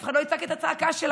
אף אחד לא יצעק את הצעקה שלהם.